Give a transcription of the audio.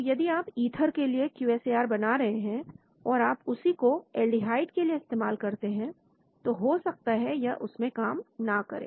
तो यदि आप ईथर के लिए क्यू एस ए आर बना रहे हैं और आप उसी को एल्डिहाइड के लिए इस्तेमाल करते हैं तो हो सकता है यह उसमें काम ना करें